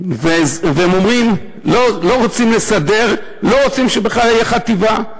והם לא רוצים שבכלל תהיה חטיבה.